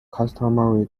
customary